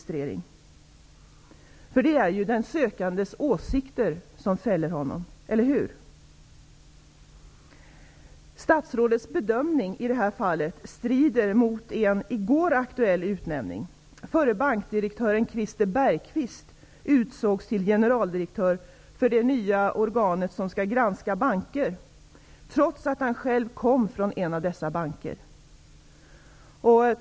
Är det inte så i det här fallet, att det är den sökandes åsikter som fäller honom? Statsrådets bedömning strider mot en i går aktuell utnämning, nämligen utnämningen av förre bankdirektören Christer Bergquist som utsågs till generaldirektör för det nya organ som skall granska banker, trots att han själv kommer från en av dessa banker som skall granskas.